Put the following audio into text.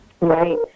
Right